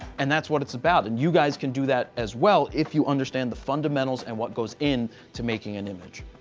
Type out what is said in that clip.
and that's what it's about and you guys can do that as well, if you understand the fundamentals and what goes in to making an image.